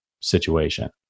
situation